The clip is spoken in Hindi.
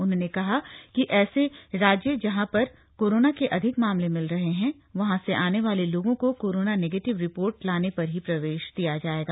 उन्होंने कहा कि ऐसे राज्य जहां पर कोरोना के अधिक मामले मिल रहे हैं वहां से आने वाले लोगों को कोरोना नेगेटिव रिपोर्ट लाने पर ही प्रवेश दिया जाएगा